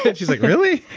she's like really?